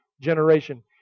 generation